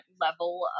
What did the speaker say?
level